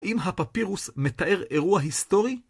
אם הפפירוס מתאר אירוע היסטורי?